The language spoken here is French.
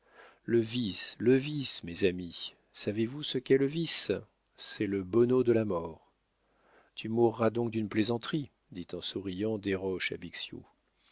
le vice le vice mes amis savez-vous ce qu'est le vice c'est le bonneau de la mort tu mourras donc d'une plaisanterie dit en souriant desroches à bixiou